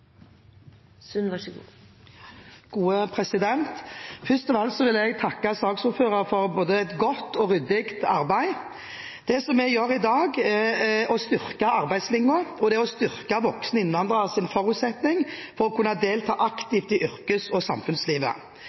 Først av alt vil jeg takke saksordføreren for både et godt og ryddig arbeid. Det vi gjør i dag, er å styrke arbeidslinjen og å styrke voksne innvandreres forutsetning for å kunne delta aktivt i yrkes- og samfunnslivet.